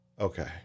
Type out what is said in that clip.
Okay